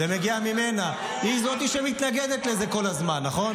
זה מגיע ממנה, היא זאת שמתנגדת לזה כל הזמן, נכון?